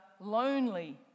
lonely